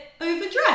overdressed